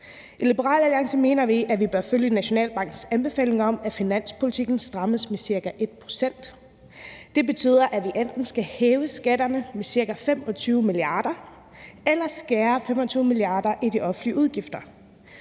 I Liberal Alliance mener vi, at man bør følge Nationalbankens anbefaling om, at finanspolitikken strammes med ca. 1 pct. Det betyder, at vi enten skal hæve skatterne med ca. 25 mia. kr. eller skære 25 mia. kr. i de offentlige udgifter.